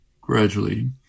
gradually